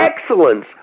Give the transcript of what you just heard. excellence